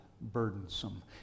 burdensome